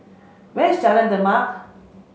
where's Jalan Demak